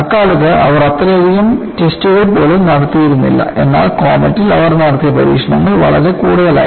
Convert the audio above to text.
അക്കാലത്ത് അവർ അത്രയധികം ടെസ്റ്റുകൾ പോലും നടത്തിയിരുന്നില്ല എന്നാൽ കോമറ്റ്ൽ അവർ നടത്തിയ പരീക്ഷണങ്ങൾ വളരെ കൂടുതലായിരുന്നു